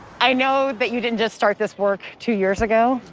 i know that you didn't just start this work two years ago.